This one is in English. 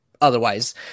Otherwise